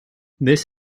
this